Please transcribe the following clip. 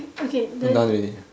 done already